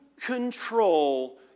control